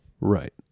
right